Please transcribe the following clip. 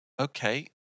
okay